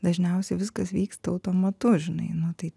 dažniausiai viskas vyksta automatu žinai nu tai